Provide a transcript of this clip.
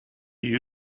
you